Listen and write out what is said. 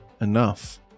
enough